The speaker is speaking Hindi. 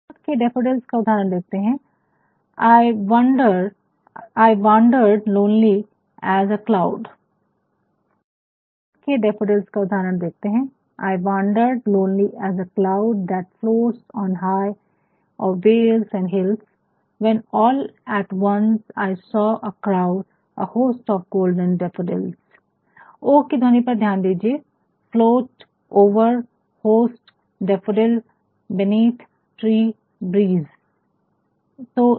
वर्ड्सवर्थ के डैफोडिल्स Daffodils का उदाहरण देखते है I wandered lonely as a cloud that floats on high o'er vales and hills when at once I saw a crowd a host of golden daffodils I wandered lonely as a cloud that floats on high or vales and hills When all at once I saw a crowd a host of golden daffodils ओ की ध्वनि पर ध्यान दीजिये float over host daffodils beneath tree breeze floats over host daffodils beneath trees breeze